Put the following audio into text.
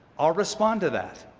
i'll respond to that.